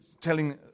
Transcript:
telling